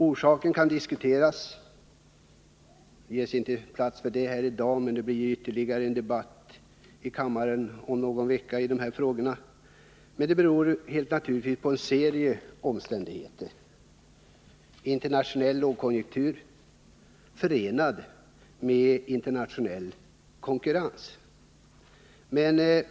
Orsaken härtill kan diskuteras — det blir ytterligare en debatt i dessa frågor här i kammaren om någon vecka. En serie omständigheter har spelat in, t.ex. internationell lågkonjunktur, förenad med internationell konkurrens.